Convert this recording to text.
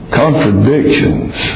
contradictions